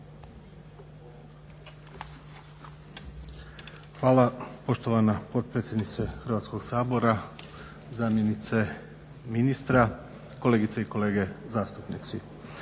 Hvala poštovana potpredsjednice Hrvatskog sabora. Zamjenice ministra, kolegice i kolege zastupnici.